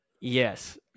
Yes